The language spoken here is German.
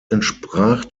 entsprach